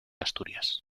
asturias